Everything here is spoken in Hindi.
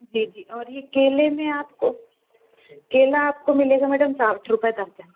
जी जी और ये केले में आपको केला आपको मिलेगा मैडम साठ रुपये दर्जन